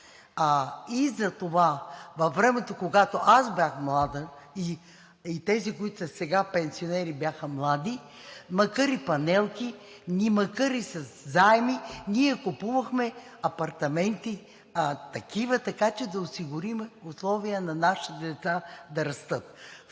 Затова във времето, когато аз бях млада, и тези, които сега са пенсионери, бяха млади, макар и панелки, макар и със заеми ние купувахме апартаменти такива, така че да осигурим условия на нашите деца да растат.